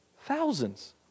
Thousands